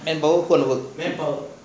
manpower